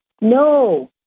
No